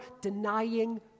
denying